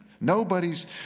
Nobody's